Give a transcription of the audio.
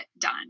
done